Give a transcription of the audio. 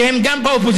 שהם גם באופוזיציה,